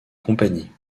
compagnie